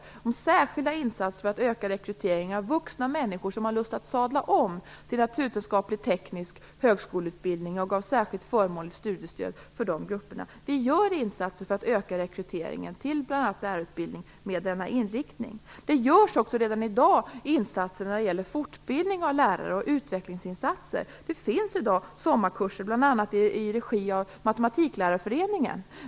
Det gällde särskilda insatser för att öka rekryteringen av vuxna människor som har lust att sadla om till naturvetenskaplig-teknisk högskoleutbildning och vi gav särskilt förmånligt studiestöd till dessa grupper. Vi gör alltså insatser för att öka rekryteringen till bl.a. Det görs också redan i dag insatser och utvecklingsinsatser när det gäller fortbildning av lärare. Det finns redan sommarkurser bl.a. i regi av Matematiklärarföreningen.